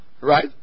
right